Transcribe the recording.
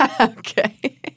Okay